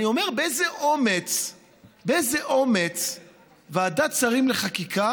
אני אומר: באיזה אומץ ועדת שרים לחקיקה